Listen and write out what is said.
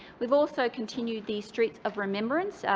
we've also continued the streets of remembrance,